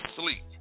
sleep